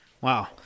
Wow